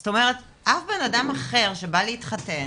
זאת אומרת אף בנאדם אחר, שבא להתחתן,